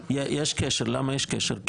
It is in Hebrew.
למה יש קשר?